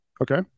Okay